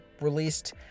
released